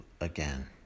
again